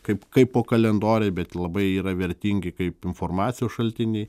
kaip kaipo kalendoriai bet labai yra vertingi kaip informacijos šaltiniai